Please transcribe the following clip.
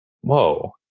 Whoa